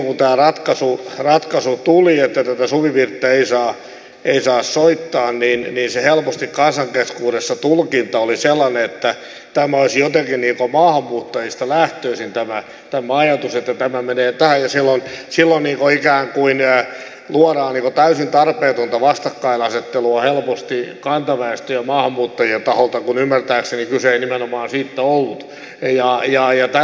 silloin kun tämä ratkaisu tuli että tätä suvivirttä ei saa soittaa niin helposti kansan keskuudessa se tulkinta oli sellainen että olisi jotenkin maahanmuuttajista lähtöisin tämä ajatus että tämä menee tähän ja silloin ikään kuin luodaan täysin tarpeetonta vastakkainasettelua helposti kantaväestön ja maahanmuuttajien välille kun ymmärtääkseni kyse ei nimenomaan siitä ollut